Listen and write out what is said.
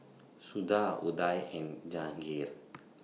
Suda Udai and Jahangir